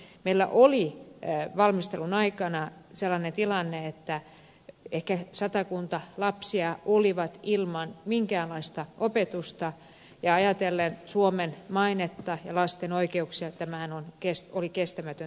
meillä oli valmistelun aikana sellainen tilanne että ehkä satakunta lasta oli ilman minkäänlaista opetusta ja ajatellen suomen mainetta ja lasten oikeuksia tämähän oli kestämätön tilanne